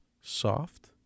soft